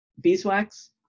beeswax